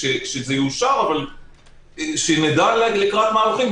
שזה יאושר אבל שנדע לקראת מה הולכים,